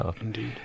Indeed